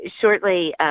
shortly